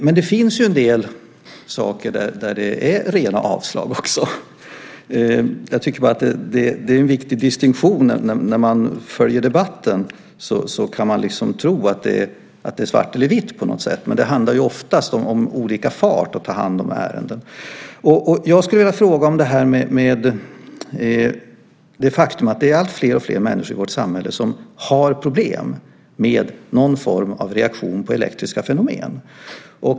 Men det finns ju en del frågor där det är fråga om rena avslag också. Jag tycker bara att det är en viktig distinktion. När man följer debatten kan man tro att det är svart eller vitt, men det handlar ju oftast om olika fart när det gäller att ta hand om ärenden. Jag skulle vilja fråga om det faktum att det är alltfler människor i vårt samhälle som har problem med någon form av reaktion på elektriska fenomen.